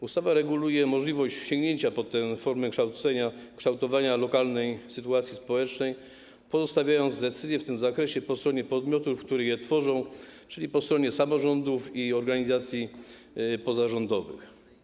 Ustawa reguluje możliwość sięgnięcia po tę formę kształcenia, kształtowania lokalnej sytuacji społecznej, pozostawiając decyzję w tym zakresie po stronie podmiotów, które je tworzą, czyli po stronie samorządów i organizacji pozarządowych.